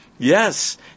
Yes